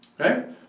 okay